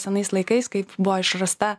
senais laikais kaip buvo išrasta